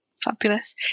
Fabulous